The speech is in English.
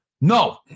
No